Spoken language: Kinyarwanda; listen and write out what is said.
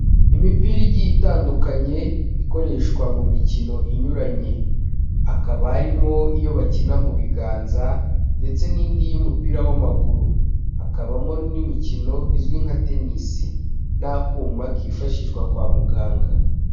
Imipira igiye itandukanye, ikoreshwa mu mikino inyuranye, hakaba harimo iyo bakina mu biganza ndetse n'indi y'umupira w'amaguru, hakabamo n'imikino izwi nka tenisi n'akuma kifashishwa kwa muganga.